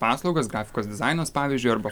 paslaugas grafikos dizainas pavyzdžiui arba